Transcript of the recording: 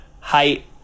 height